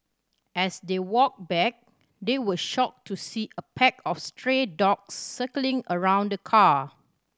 as they walked back they were shocked to see a pack of stray dogs circling around the car